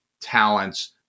talents